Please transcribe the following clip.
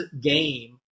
game